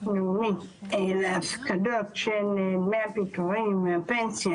לאומי להפקדות של דמי הפיטורין מהפנסיה,